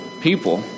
people